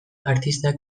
artistak